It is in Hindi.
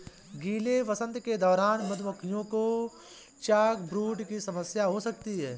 गीले वसंत के दौरान मधुमक्खियों को चॉकब्रूड की समस्या हो सकती है